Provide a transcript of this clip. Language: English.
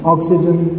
Oxygen